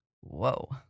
Whoa